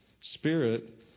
Spirit